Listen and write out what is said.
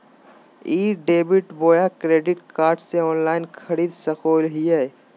ई debit बोया credit card से online खरीद सको हिए?